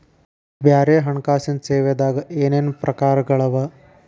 ಬ್ಯಾರೆ ಹಣ್ಕಾಸಿನ್ ಸೇವಾದಾಗ ಏನೇನ್ ಪ್ರಕಾರ್ಗಳವ?